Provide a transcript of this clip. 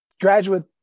graduate